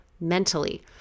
mentally